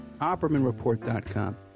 OppermanReport.com